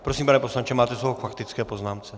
Prosím, pane poslanče, máte slovo k faktické poznámce.